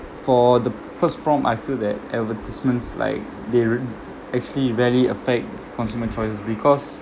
for the first prompt I feel that advertisements like they rea~ actually rarely affect consumer choice because